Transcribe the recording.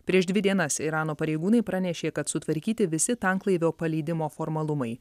prieš dvi dienas irano pareigūnai pranešė kad sutvarkyti visi tanklaivio paleidimo formalumai